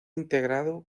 integrado